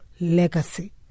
Legacy